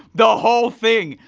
the whole thing,